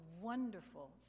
wonderful